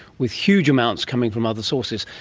with huge amounts coming from other sources.